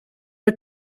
are